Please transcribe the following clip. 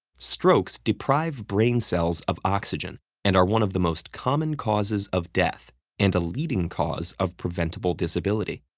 strokes deprive brain cells of oxygen and are one of the most common causes of death and a leading cause of preventable disability.